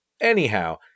anyhow